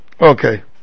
Okay